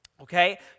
Okay